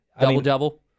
Double-double